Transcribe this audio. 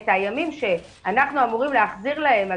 את הימים שאנחנו אמורים להחזיר להם על